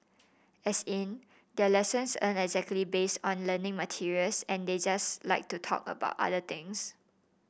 as in their lessons aren't exactly based on learning materials and they just like to talk about other things